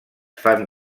fan